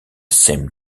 same